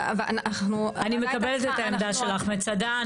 אני מקבלת את העמדה שלך, מצדה.